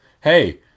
Hey